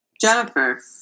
Jennifer